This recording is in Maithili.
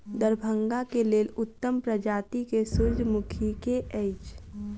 दरभंगा केँ लेल उत्तम प्रजाति केँ सूर्यमुखी केँ अछि?